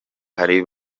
hari